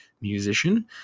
musician